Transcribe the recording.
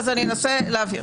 אז אני אנסה להבהיר.